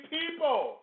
people